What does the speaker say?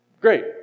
Great